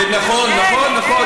זה נכון, נכון.